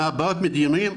מבעיות בדיונים.